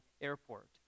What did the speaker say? airport